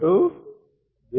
51 11500